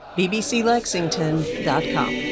bbclexington.com